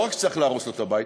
לא רק שצריכים להרוס לו את הבית,